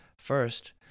First